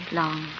long